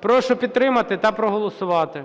Прошу підтримати та проголосувати.